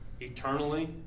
eternally